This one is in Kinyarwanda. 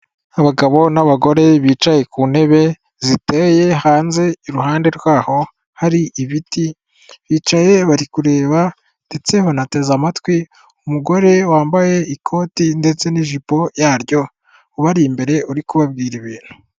Abagabo n'abagore bicaye ku ntebe ziteye hanze iruhande rwaho hari ibiti bicaye bari kureba ndetse banateze amatwi umugore wambaye ikoti ndetse n'ijipo yaryo ubari imbere uri kubabwira ibintu.